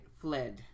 fled